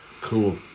Cool